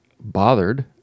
bothered